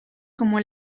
como